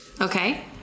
Okay